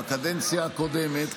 בקדנציה הקודמת,